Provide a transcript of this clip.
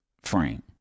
frame